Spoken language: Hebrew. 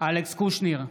אלכס קושניר,